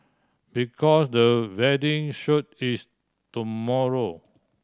because the wedding shoot is tomorrow